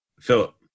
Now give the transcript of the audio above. Philip